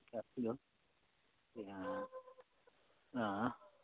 काफी हो किन अँ